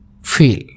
feel